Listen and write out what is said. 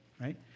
right